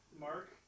Mark